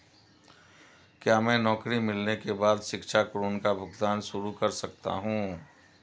क्या मैं नौकरी मिलने के बाद शिक्षा ऋण का भुगतान शुरू कर सकता हूँ?